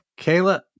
Kayla